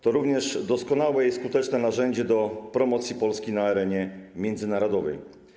To również doskonałe i skuteczne narzędzie do promocji Polski na arenie międzynarodowej.